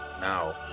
now